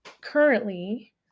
Currently